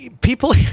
people